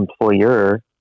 employer